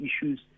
issues